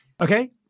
Okay